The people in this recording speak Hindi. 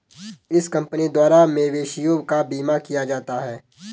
इस कंपनी द्वारा मवेशियों का बीमा किया जाता है